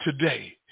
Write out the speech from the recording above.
today